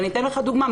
אני אתן לך דוגמה,